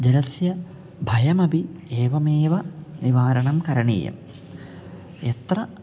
जलस्य भयमपि एवमेव निवारणं करणीयं यत्र